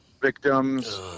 victims